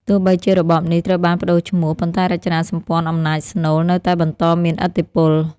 ទោះបីជារបបនេះត្រូវបានប្តូរឈ្មោះ ប៉ុន្តែរចនាសម្ព័ន្ធអំណាចស្នូលនៅតែបន្តមានឥទ្ធិពល។